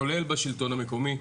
כולל בשלטון המקומי,